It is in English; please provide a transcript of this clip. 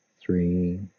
Three